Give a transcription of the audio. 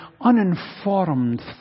uninformed